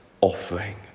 offering